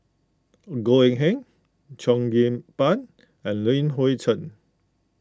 Goh Eng Han Cheo Kim Ban and Li Hui Cheng